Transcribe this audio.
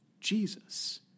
Jesus